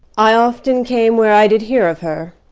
i often came where i did hear of her,